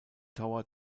tower